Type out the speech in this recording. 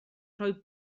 rhoi